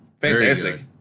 Fantastic